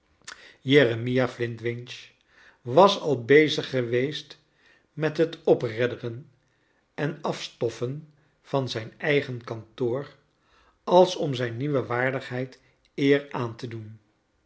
jeremia flintwinch was al bezig geweest met het opredderen en afstoffen van zijn eigen kantoor als om zijn nieuwe waardigheid eer aan te doen